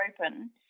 open